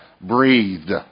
breathed